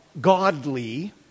godly